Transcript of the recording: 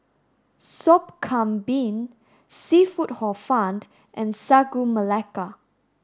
Sop Kambing Seafood hor found and Sagu Melaka